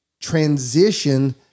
transition